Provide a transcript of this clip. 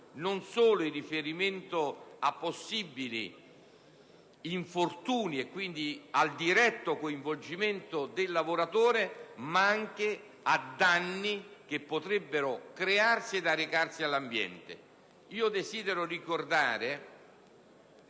non solo in riferimento a possibili infortuni e quindi al diretto coinvolgimento del lavoratore, ma anche a danni che potrebbero arrecarsi all'ambiente. Desidero ricordare,